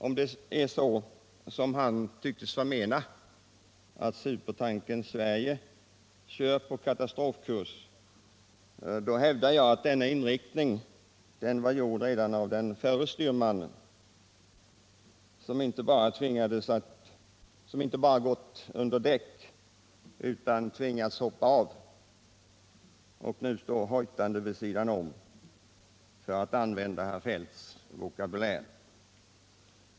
Om det är så som han tycktes förmena, att supertankern Sverige kör på katastrofkurs, då hävdar jag att denna inriktning var gjord redan av den förre kaptenen, som inte bara gått under däck utan tvingats hoppa av och nu står hojtande vid sidan om, för att använda herr Feldts vokabulär.